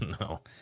No